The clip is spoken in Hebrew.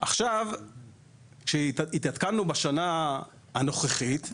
כאשר התעדכנו בשנה הנוכחית,